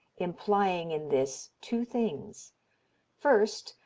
implying in this two things first,